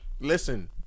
listen